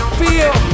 feel